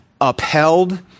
upheld